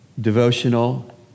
devotional